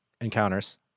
encounters